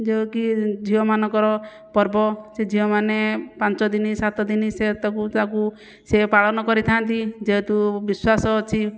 ଯେଉଁକି ଝିଅ ମାନଙ୍କର ପର୍ବ ସେ ଝିଅମାନେ ପାଞ୍ଚଦିନ ସାତଦିନ ସିଏ ତାକୁ ତାକୁ ସିଏ ପାଳନ କରିଥାନ୍ତି ଯେହେତୁ ବିଶ୍ଵାସ ଅଛି